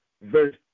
Verse